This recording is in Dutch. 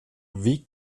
wie